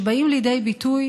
שבאים לידי ביטוי